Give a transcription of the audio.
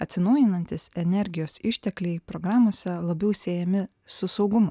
atsinaujinantys energijos ištekliai programose labiau siejami su saugumu